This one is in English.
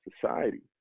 society